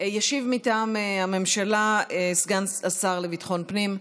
ישיב מטעם הממשלה סגן השר לביטחון פנים,